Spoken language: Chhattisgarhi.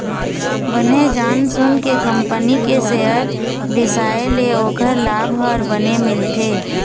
बने जान सून के कंपनी के सेयर बिसाए ले ओखर लाभ ह बने मिलथे